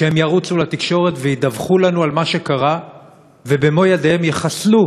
שהם ירוצו לתקשורת וידווחו לנו על מה שקרה ובמו ידיהם יחסלו